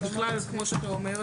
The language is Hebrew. כמו שאתה אומר,